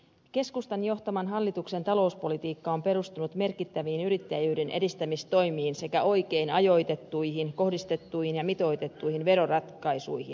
keskustan johtaman hallituksen talouspolitiikka on perustunut merkittäviin yrittäjyyden edistämistoimiin sekä oikein ajoitettuihin kohdistettuihin ja mitoitettuihin veroratkaisuihin